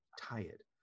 tired